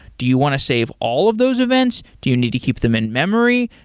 do you want to save all of those events? do you need to keep them in-memory?